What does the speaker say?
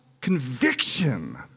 conviction